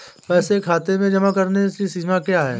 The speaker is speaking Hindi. खाते में पैसे जमा करने की सीमा क्या है?